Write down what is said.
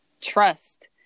trust